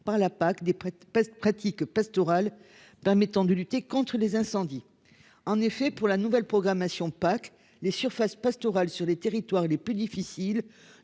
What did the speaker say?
par la PAC des peste pratique pastorale d'un temps de lutter contre les incendies en effet pour la nouvelle programmation Pâques les surfaces pastorales sur les territoires les plus difficiles